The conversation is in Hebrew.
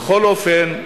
בכל אופן,